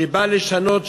שבאה לשנות,